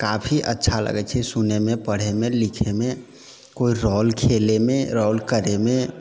काफी अच्छा लगै छै सुनैमे पढ़ैमे लिखैमे कोइ रोल खेलैमे रोल करैमे